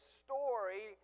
story